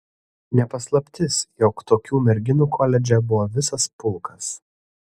ne paslaptis jog tokių merginų koledže buvo visas pulkas